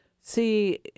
see